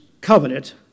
covenant